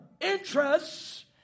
interests